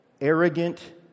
arrogant